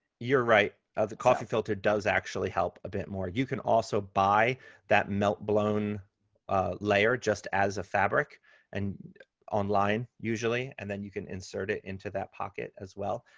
you're right. the coffee filter does actually help a bit more. you can also buy that melt-blown layer just as a fabric in and online usually. and then you can insert it into that pocket as well.